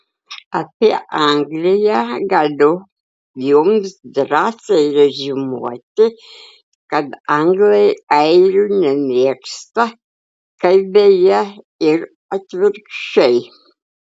apie angliją galiu jums drąsiai reziumuoti kad anglai airių nemėgsta kaip beje ir atvirkščiai